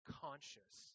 conscious